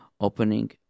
opening